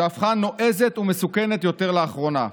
שהפכה נועזת ומסוכנת יותר לאחרונה.